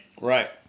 Right